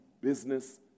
business